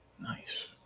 Nice